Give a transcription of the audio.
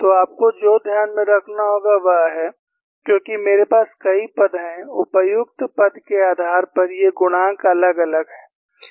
तो आपको जो ध्यान में रखना होगा वह है क्योंकि मेरे पास कई पद हैं उपयुक्त पद के आधार पर ये गुणांक अलग अलग हैं